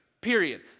Period